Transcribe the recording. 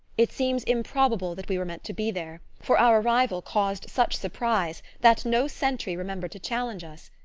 it seems improbable that we were meant to be there, for our arrival caused such surprise that no sentry remembered to challenge us,